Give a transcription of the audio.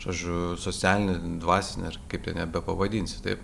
žodžiu socialine dvasine ar kaip ten ją bepavadinsi taip